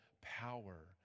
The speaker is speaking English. power